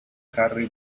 harry